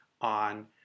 on